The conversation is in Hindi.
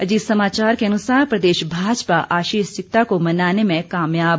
अजीत समाचार के अनुसार प्रदेश भाजपा आशीष सिक्टा को मनाने में कामयाब